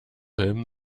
him